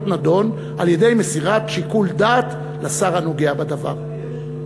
נדון על-ידי מסירת שיקול דעת לשר הנוגע בדבר.